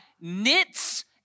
knits